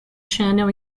channel